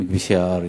בכבישי הארץ,